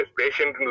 patient